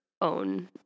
own